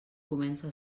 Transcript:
comença